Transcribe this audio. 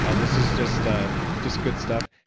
and this is just ah just good stuff.